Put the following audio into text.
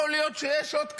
יכול להיות שיש עוד כמה,